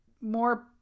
more